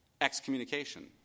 excommunication